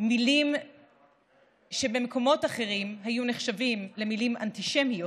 מילים שבמקומות אחרים היו נחשבות למילים אנטישמיות,